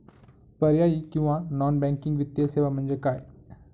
पर्यायी किंवा non banking वित्तीय सेवा म्हणजे काय?